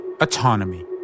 Autonomy